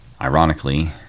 Ironically